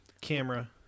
camera